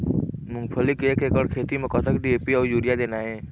मूंगफली के एक एकड़ खेती म कतक डी.ए.पी अउ यूरिया देना ये?